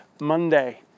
Monday